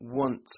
want